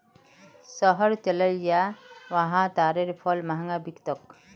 शहर चलइ जा वहा तारेर फल महंगा बिक तोक